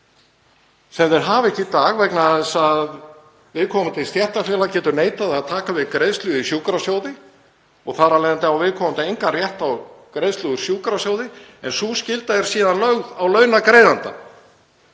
sem þeir hafa ekki í dag vegna þess að viðkomandi stéttarfélag getur neitað að taka við greiðslu í sjúkrasjóði. Þar af leiðandi á viðkomandi engan rétt á greiðslu úr sjúkrasjóði en sú skylda er síðan lögð á launagreiðanda.